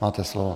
Máte slovo.